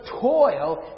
toil